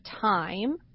time